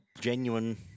genuine